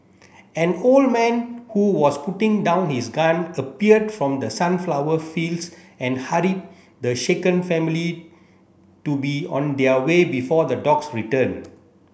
an old man who was putting down his gun appeared from the sunflower fields and hurried the shaken family to be on their way before the dogs return